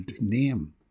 name